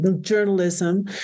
journalism